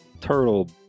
turtle